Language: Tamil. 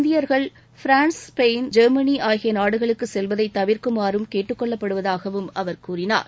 இந்தியர்கள் பிரான்ஸ் ஸ்பெயின் ஜொ்மனி ஆகிய நாடுகளுக்கு செல்வதை தவிர்க்குமாறும் கேட்டுக் கொள்ளப்படுவதாகவும் அவர் கூறினார்